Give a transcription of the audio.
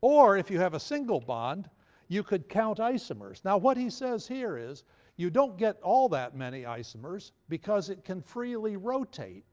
or if you have a single bond you could count isomers. now what he says here is you don't get all that many isomers because it can freely rotate